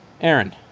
Aaron